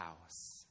house